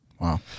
wow